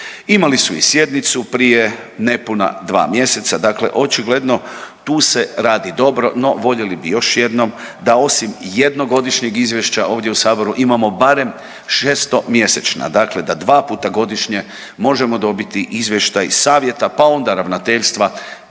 Imali su i sjednicu prije nepuna dva mjeseca, dakle očigledno tu se radi dobro, no voljeli bi još jednom da osim jednogodišnjeg izvješća ovdje u saboru imamo barem šestomjesečna, dakle da dva puta godišnje možemo dobiti izvještaj savjeta pa onda ravnateljstva